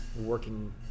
working